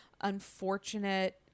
unfortunate